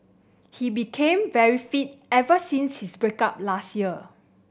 he became very fit ever since his break up last year